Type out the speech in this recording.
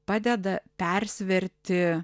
padeda persverti